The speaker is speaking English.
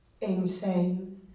insane